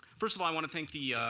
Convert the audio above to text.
first of all i want to thank the